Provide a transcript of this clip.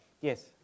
yes